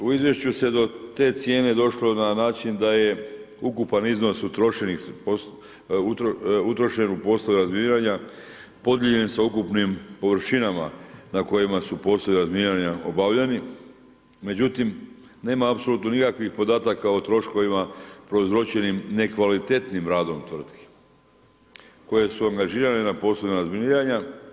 U izvješću se do te cijene došlo na način da je ukupan iznos utrošen u poslove razminiranja podijeljen sa ukupnim površinama na kojima su poslovi razminiranja obavljani, međutim nema apsolutno nikakvih podataka o troškovima prouzročenim nekvalitetnim radom tvrtki koje su angažirane na poslovima razminiranja.